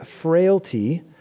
frailty